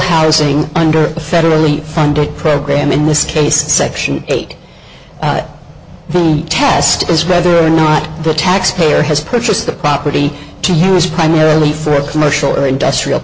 housing under a federally funded program in this case section eight at will test as whether or not the taxpayer has purchased the property to here is primarily for commercial or industrial